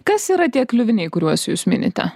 kas yra tie kliuviniai kuriuos jūs minite